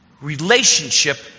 relationship